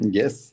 yes